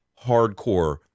hardcore